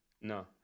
No